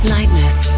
Lightness